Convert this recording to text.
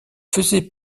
faisait